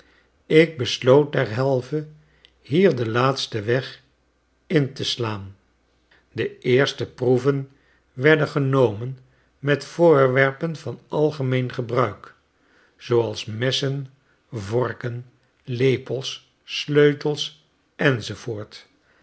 ik besloot derhalve hier den laatsten weg in te slaan de eerste proeven werden genomen met voorwerpen van algemeen gebruik zooals messen vorken lepels sleutels